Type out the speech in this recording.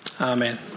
Amen